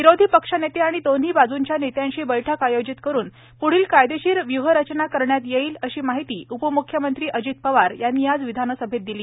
विरोधी पक्षनेते आणि दोन्ही बाजूंच्या नेत्यांशी बैठक आयोजित करुन प्ढील कायदेशीर व्यूह रचना करण्यात येईल अशी माहिती उपम्ख्यमंत्री अजित पवार यांनी आज विधानसभेत दिली